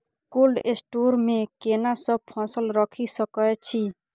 Cold store मे केना सब फसल रखि सकय छी?